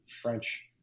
French